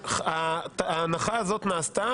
ההנחה הזאת נעשתה,